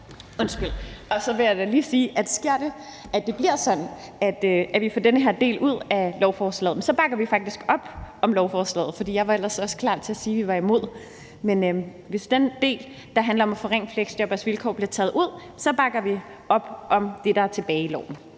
arbejdsmarked. Så vil jeg da lige sige, at sker det, at det bliver sådan, at vi får den her del ud af lovforslaget, så bakker vi faktisk op om lovforslaget. Jeg var ellers også klar til at sige, at vi var imod det, men hvis den del, der handler om at forringe fleksjobberes vilkår, bliver taget ud, så bakker vi op om det, der er tilbage i